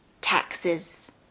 taxes